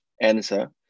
answer